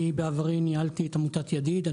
אני בעברי ניהלתי את עמותת ידיד.